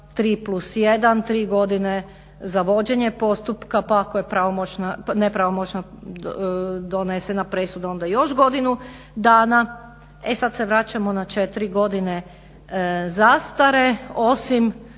3+1, 3 godine za vođenje postupka pa ako je nepravomoćna donesena presuda onda još godinu dana. E sada se vraćamo na 4 godine zastare osim